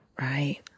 right